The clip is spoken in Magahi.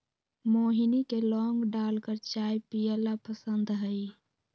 मोहिनी के लौंग डालकर चाय पीयला पसंद हई